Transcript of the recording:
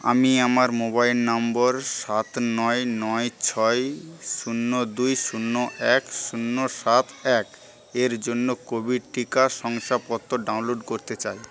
আমি আমার mobile number সাত নয় নয় ছয় শূন্য দুই শূন্য এক শূন্য সাত এক এর জন্য কোভিড টিকা শংসাপত্র ডাউনলোড করতে চাই